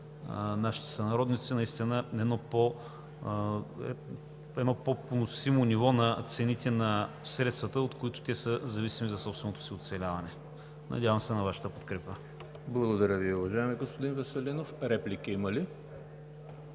нашите сънародници наистина едно по-поносимо ниво на цените, на средствата, от които те са зависими за собственото си оцеляване. Надявам се на Вашата подкрепа. ПРЕДСЕДАТЕЛ ЕМИЛ ХРИСТОВ: Благодаря Ви, уважаеми господин Веселинов. Реплики има ли?